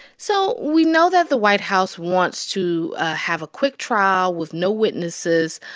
so we know that the white house wants to have a quick trial with no witnesses.